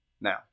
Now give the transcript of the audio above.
now